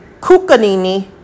kukanini